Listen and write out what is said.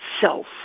self